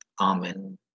Amen